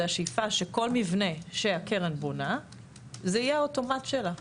זאת השאיפה שבכל מבנה שהקרן בונה זה יהיה האוטומט שלה.